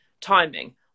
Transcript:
timing